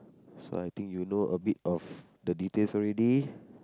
so I think you know a bit of the details already